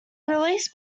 released